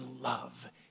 love